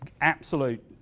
absolute